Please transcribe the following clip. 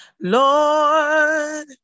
Lord